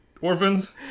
orphans